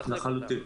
לחלוטין.